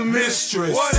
mistress